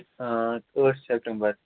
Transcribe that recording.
ٲٹھ سیٚپٹمبر